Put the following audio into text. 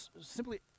simply